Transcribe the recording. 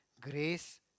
Grace